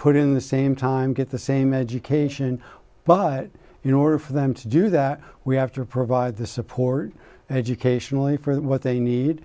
put in the same time get the same education but in order for them to do that we have to provide the support educationally for what they need